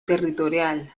territorial